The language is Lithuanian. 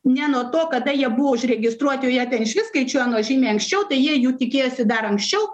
ne nuo to kada jie buvo užregistruoti o jie ten išvis skaičiuoja nuo žymiai anksčiau tai jie jų tikėjosi dar anksčiau